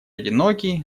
одинокий